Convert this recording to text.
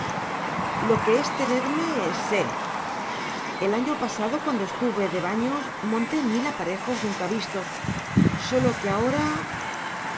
lo que es tenerme sé el año pasado cuando estuve de baños monté en mil aparejos nunca vistos sólo que ahora